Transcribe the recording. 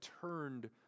turned